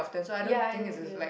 ya exactly